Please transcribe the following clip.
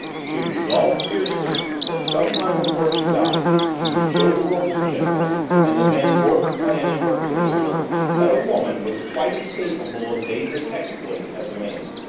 she had resolved fiercely that some time before she died she would show the world in general and the van gorder clan in particular that a woman was quite as capable of dangerous exploits as a man.